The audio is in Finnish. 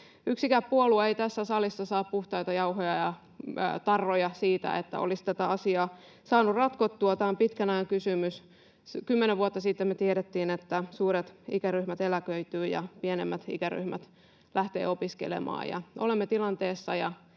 Yksikään puolue ei tässä salissa saa puhtaita jauhoja ja tarroja siitä, että olisi tätä asiaa saanut ratkottua. Tämä on pitkän ajan kysymys. Kymmenen vuotta sitten me tiedettiin, että suuret ikäryhmät eläköityvät ja pienemmät ikäryhmät lähtevät opiskelemaan. Olemme tässä tilanteessa,